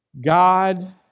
God